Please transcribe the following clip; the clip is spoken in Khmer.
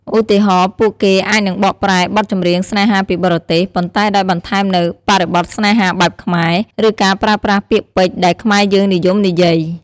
ឧទាហរណ៍ ពួកគេអាចនឹងបកប្រែបទចម្រៀងស្នេហាពីបរទេស ប៉ុន្តែដោយបន្ថែមនូវបរិបទស្នេហាបែបខ្មែរ ឬការប្រើប្រាស់ពាក្យពេចន៍ដែលខ្មែរយើងនិយមនិយាយ។